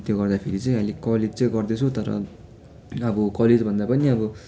अनि त्यो गर्दा फेरि चाहिँ अहिले कलेज चाहिँ गर्दैछु तर अब कलेज भन्दा पनि अब